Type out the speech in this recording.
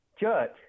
judge